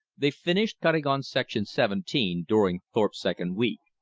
they finished cutting on section seventeen during thorpe's second week.